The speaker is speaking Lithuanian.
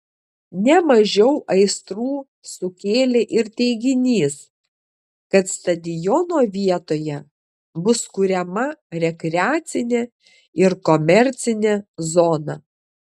ne mažiau aistrų sukėlė ir teiginys kad stadiono vietoje bus kuriama rekreacinė ir komercinė zona